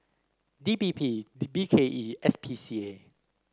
D P P B K E S P C A